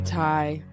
tie